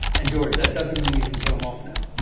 and george, that doesn't mean you can kill him off now.